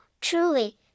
truly